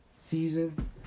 Season